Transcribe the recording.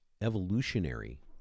evolutionary